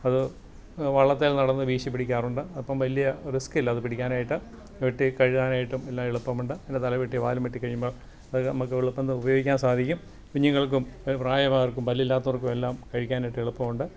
അത് വള്ളത്തേല് നടന്ന് വീശി പിടിക്കാറുണ്ട് അപ്പം വലിയ റിസ്കില്ല അത് പിടിക്കാൻ ആയിട്ട് വെട്ടി കഴുകാൻ ആയിട്ടും എല്ലാം എളുപ്പമുണ്ട് അതിന്റെ തലവെട്ടി വാലും വെട്ടി കഴിയുമ്പം അത് നമുക്ക് എളുപ്പമെന്ന് ഉപയോഗിക്കാന് സാധിക്കും കുഞ്ഞുങ്ങള്ക്കും പ്രായമായവര്ക്കും പല്ലില്ലാത്തവര്ക്കും എല്ലാം കഴിക്കാൻ ആയിട്ട് എളുപ്പമുണ്ട്